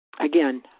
Again